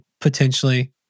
potentially